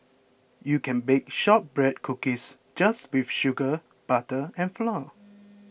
you can bake Shortbread Cookies just with sugar butter and flour